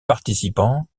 participants